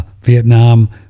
Vietnam